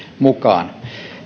mukaan